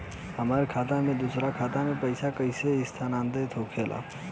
हमार खाता में दूसर खाता से पइसा कइसे स्थानांतरित होखे ला?